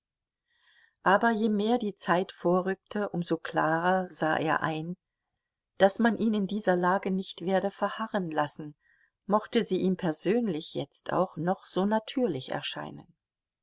aber je mehr die zeit vorrückte um so klarer sah er ein daß man ihn in dieser lage nicht werde verharren lassen mochte sie ihm persönlich jetzt auch noch so natürlich erscheinen